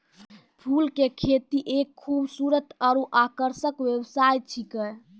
फूल के खेती एक खूबसूरत आरु आकर्षक व्यवसाय छिकै